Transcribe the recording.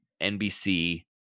NBC